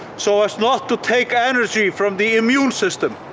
so as not to take energy from the immune system.